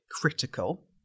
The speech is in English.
critical